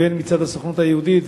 והן מצד הסוכנות היהודית,